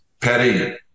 petty